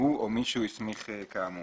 הוא או מי שהוא הסמיך כאמור.